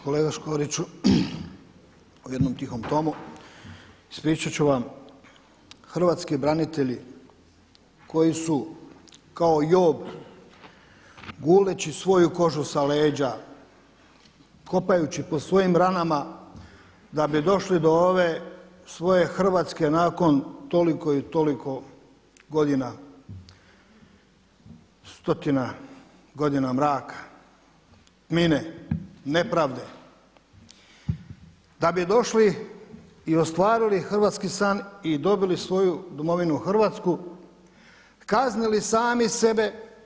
Kolega Škoriću, u jednom tihom tonu ispričati ću vam, hrvatski branitelji koji su kao … guleći svoju kožu sa leđa, kopajući po svojim ranama da bi došli do ove svoje Hrvatske nakon toliko i toliko godina, stotina godina mraka, … nepravde, da bi došli i ostvarili hrvatski san i dobili svoju Domovinu Hrvatsku, kaznili sami sebe.